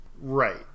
Right